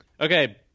Okay